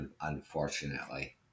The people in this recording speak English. unfortunately